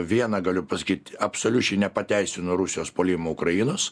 viena galiu pasakyt absoliučiai nepateisinu rusijos puolimo ukrainos